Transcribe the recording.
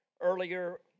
earlier